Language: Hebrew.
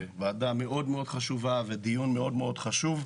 ועדה מאוד מאוד חשובה ודיון מאוד מאוד חשוב,